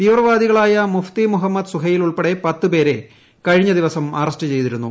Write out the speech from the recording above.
തീവ്രവാദികളായ മുഫ്തി മുഹമ്മദ് സുഹൈൽ ഉൾപ്പെടെ പത്ത് പേരെ കഴിഞ്ഞ ദിവസം അറസ്റ്റ് ചെയ്തിരുന്നു